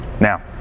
Now